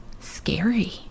scary